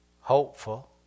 Hopeful